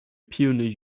pioneer